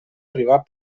arribat